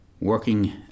Working